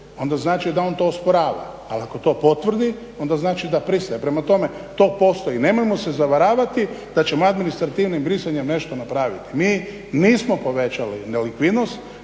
onda znači da on to osporava, ali ako to potvrdi onda znači da pristaje. Prema tome, to postoji. Nemojmo se zavaravati da ćemo administrativnim brisanjem nešto napraviti. Mi nismo povećali likvidnost,